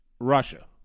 Russia